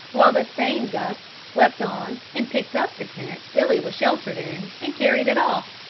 while the same gust swept on and picked up the tent billy was sheltered in and carried it off,